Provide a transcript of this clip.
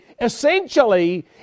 essentially